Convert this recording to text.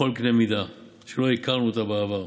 בכל קנה מידה, שלא הכרנו אותה בעבר.